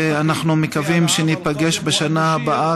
ואנחנו מקווים שניפגש בשנה הבאה